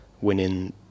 winning